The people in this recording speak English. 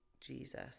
Jesus